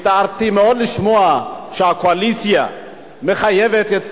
הצטערתי מאוד לשמוע שהקואליציה מחייבת את